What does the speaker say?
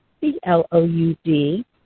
C-L-O-U-D